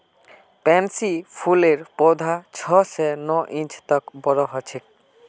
pansy फूलेर पौधा छह स नौ इंच तक बोरो ह छेक